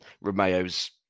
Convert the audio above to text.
Romeo's